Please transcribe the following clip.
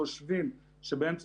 והדבר הזה ישוקלל בעת ההחלטה הסופית.